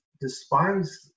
despise